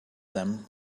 them